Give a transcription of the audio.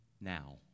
now